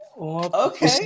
Okay